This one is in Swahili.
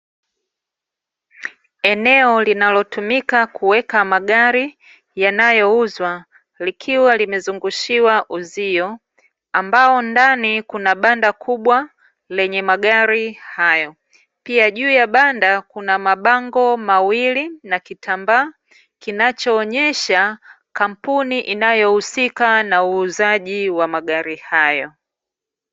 Eneo linalotumika kuweka magari yanayouzwa likiwa limezungushiwa uzio, ambao ndani kuna banda kubwa lenye magari hayo. Pia juu ya banda kuna mabango mawili na kitambaa kinachoonyesha kampuni inayohusika na uuzaji wa magari hayo.